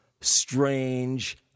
strange